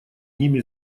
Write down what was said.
ними